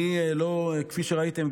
כפי שראיתם,